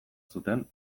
zuten